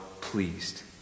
pleased